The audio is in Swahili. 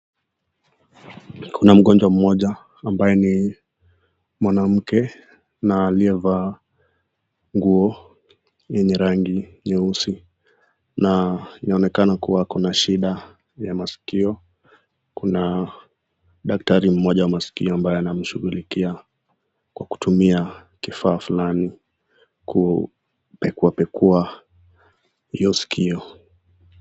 Kuna mgonjwa mmoja ambaye ni mwanamke na aliyevaa nguo yenye rangi nyeusi. Na inaonekana kuwa akona shida ya masikio. Kuna daktari mmoja wa masikio ambaye anamshikilia kwa kutumia kifaa fulani, kupekua pekua hiyo sikio.